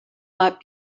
might